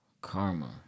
Karma